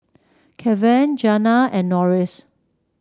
Keven Janna and Norris